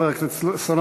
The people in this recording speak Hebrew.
תודה, חבר הכנסת סולומון.